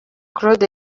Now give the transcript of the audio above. claude